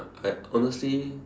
I honestly